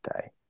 day